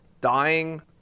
dying